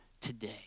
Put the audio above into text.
today